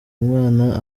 umwana